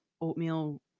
oatmeal